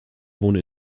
wohnen